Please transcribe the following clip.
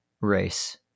race